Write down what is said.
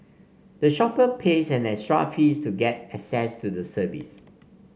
the shopper pays an extra fees to get access to the service